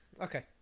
Okay